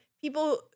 people